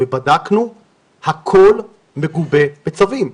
בדקנו והכל מגובה בצווים.